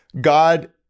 God